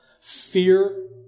Fear